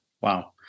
Wow